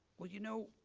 well, you know,